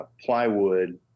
plywood